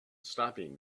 stopping